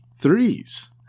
threes